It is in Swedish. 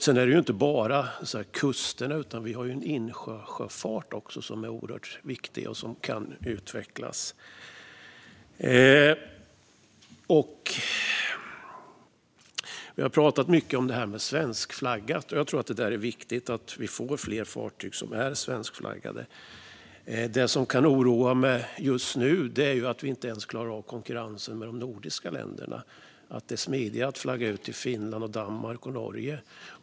Sedan är det inte bara kusterna. Vi har också en insjösjöfart som är oerhört viktig och som kan utvecklas. Vi har pratat mycket om detta med svenskflaggat. Jag tror att det är viktigt att vi får fler fartyg som är svenskflaggade. Det som kan oroa mig just nu är att vi inte ens klarar av konkurrensen med de nordiska länderna. Det är smidigare att flagga ut i Finland, Danmark och Norge.